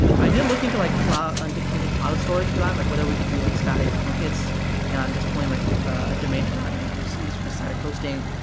i did look into like cloud and into cloud storage for that, like whether we could do like static buckets and jus t point like a domain to that and and use use it for static hosting.